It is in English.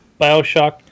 Bioshock